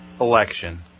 Election